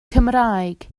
cymraeg